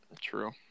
True